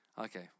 Okay